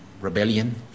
rebellion